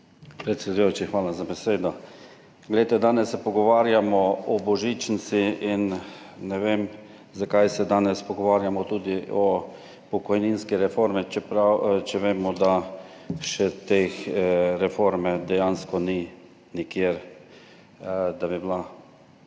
Predsedujoči, hvala za besedo. Glejte, danes se pogovarjamo o božičnici in ne vem, zakaj se danes pogovarjamo tudi o pokojninski reformi, čeprav vemo, da te reforme dejansko ni še nikjer, da bi bila